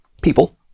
people